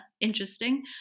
interesting